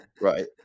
right